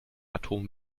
atome